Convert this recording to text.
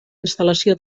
instal·lació